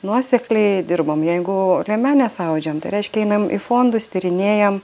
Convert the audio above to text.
nuosekliai dirbom jeigu liemenes audžiam tai reiškia einam į fondus tyrinėjam